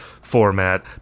format